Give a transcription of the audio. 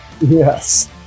Yes